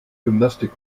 gymnastik